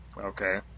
Okay